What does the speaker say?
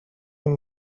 این